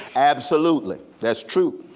absolutely. that's true.